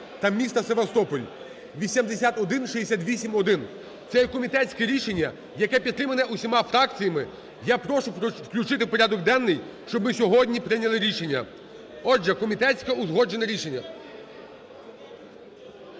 та місті Севастополь (8168-1). Це є комітетське рішення, яке підтримане усіма фракціями. Я прошу включити в порядок денний, щоб ми сьогодні прийняли рішення. Отже, комітетське узгоджене рішення.